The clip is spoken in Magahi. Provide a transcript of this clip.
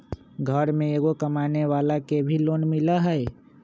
घर में एगो कमानेवाला के भी लोन मिलहई?